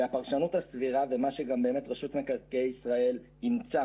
והפרשנות הסבירה שאותה רשות מקרקעי ישראל אימצה